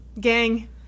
Gang